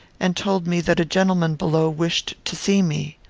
and told me that a gentleman below wished to see me.